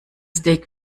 steak